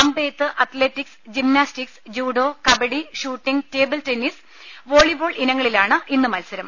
അമ്പെയ്ത്ത് athletics gymnastics judo kabaddi shooting table tennis volleyball ഇനങ്ങളിലാണ് ഇന്ന് മത്സരം